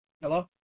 Hello